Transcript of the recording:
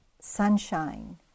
sunshine